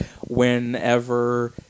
Whenever